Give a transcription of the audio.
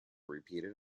repeated